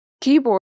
keyboard